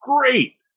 great